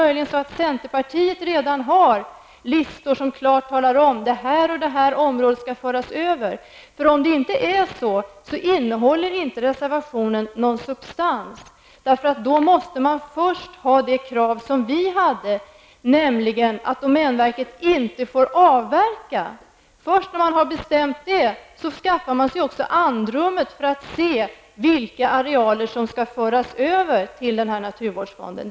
Har centerpartiet redan listor där det klart uttalas vilka områden som skall föras över? Om det inte är så, har reservationen ingen substans, därför att man då först måste uppfylla det krav som vi ställde, nämligen att domänverket inte får avverka. När man först bestämt det skaffar man sig andrum för att se vilka arealer som skall föras över till naturvårdsfonden.